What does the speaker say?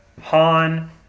Han